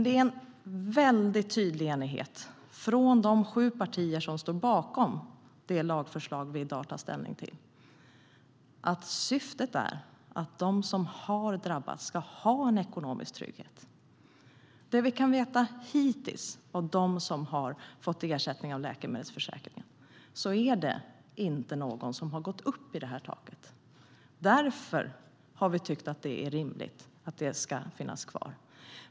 Det finns en väldigt tydlig enighet i de sju partier som står bakom det lagförslag som vi i dag tar ställning till när det gäller att syftet är att de som har drabbats ska ha en ekonomisk trygghet. Det vi kan veta hittills är att av dem som har fått ersättning av Läkemedelsförsäkringen är det inte någon som har gått upp i det här taket. Därför har vi tyckt att det är rimligt att det ska finnas kvar.